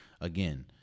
Again